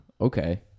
Okay